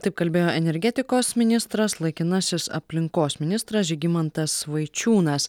taip kalbėjo energetikos ministras laikinasis aplinkos ministras žygimantas vaičiūnas